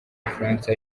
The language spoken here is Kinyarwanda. bufaransa